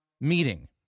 meeting